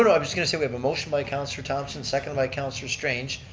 and i'm just going to say we have a motion by councillor thomsen, second by councillor strange.